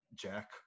Jack